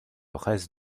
reste